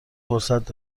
فرصت